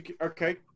okay